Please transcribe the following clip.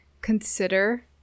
consider